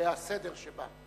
והסדר שבה.